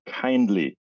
kindly